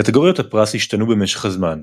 קטגוריות הפרס השתנו במשך הזמן,